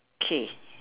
okay